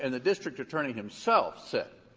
and the district attorney himself said